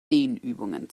dehnübungen